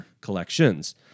collections